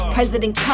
President